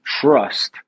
trust